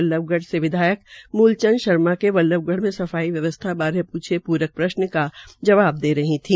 बल्लभगढ़ से विधायक मूलचंद शर्मा ने बल्लभगढ़ में सफाई व्यवस्था बारे पूदे प्रक प्रश्न का जवाब दे रही थी